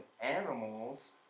animals